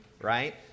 right